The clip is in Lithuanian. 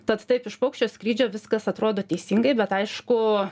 tad taip iš paukščio skrydžio viskas atrodo teisingai bet aišku